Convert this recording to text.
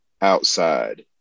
outside